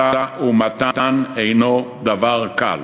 משא-ומתן אינו דבר קל.